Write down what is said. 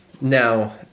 Now